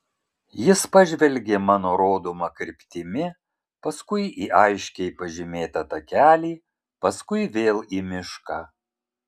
jis pažvelgė mano rodoma kryptimi paskui į aiškiai pažymėtą takelį paskui vėl į mišką